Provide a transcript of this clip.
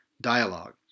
Dialogue